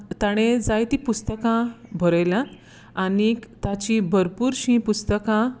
ताणें जायतीं पुस्तकां बरयल्यांत आनी ताची भरपूरशीं पुस्तकां